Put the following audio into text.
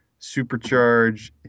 supercharge